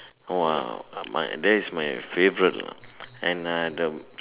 !wah! my that's my favourite lah and I the